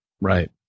Right